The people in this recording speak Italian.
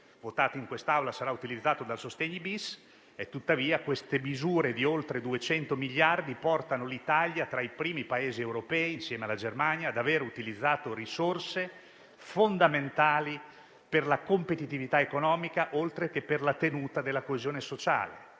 votato in quest'Aula sarà utilizzato dal decreto sostegni-*bis*). Tuttavia, queste misure di oltre 200 miliardi portano l'Italia tra i primi Paesi europei, insieme alla Germania, ad aver utilizzato risorse fondamentali per la competitività economica, oltre che per la tenuta della coesione sociale.